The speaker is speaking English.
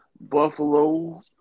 Buffalo